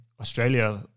Australia